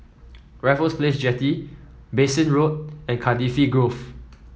Raffles Place Jetty Bassein Road and Cardifi Grove